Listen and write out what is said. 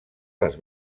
les